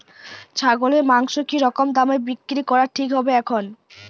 ছাগলের মাংস কী রকম দামে বিক্রি করা ঠিক হবে এখন?